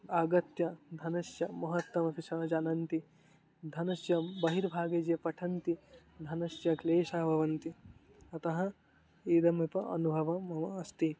आगत्य धनस्य महत्वमपि सः जानन्ति धनस्य बहिर्भागे ये पठन्ति धनस्य क्लेशः भवन्ति अतः इदमपि अनुभवः मम अस्ति